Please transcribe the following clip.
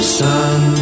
sun